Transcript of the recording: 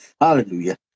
Hallelujah